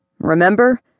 Remember